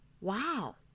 Wow